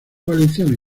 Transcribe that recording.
valencianos